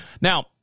now